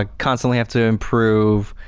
ah constantly have to improve,